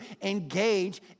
engage